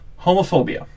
homophobia